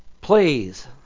Please